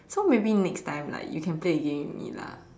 so maybe next time like you can play the game with me lah